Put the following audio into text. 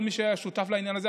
כל מי שהיה שותף לעניין הזה,